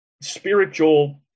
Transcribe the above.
spiritual